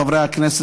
חברי הכנסת,